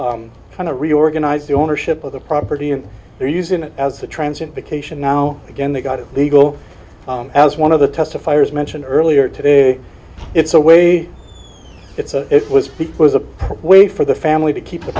kind of reorganized the ownership of the property and they're using it as a transient vacation now again they got it legal as one of the testifiers mentioned earlier today it's a way it's if was was a way for the family to keep the